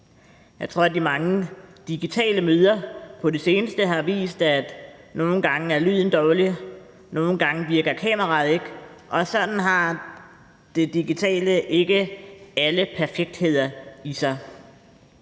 Jeg tror, de mange digitale møder på det seneste har vist, at nogle gange er lyden dårlig, nogle gange virker kameraet ikke, og sådan har det digitale ikke alle perfektheder i sig.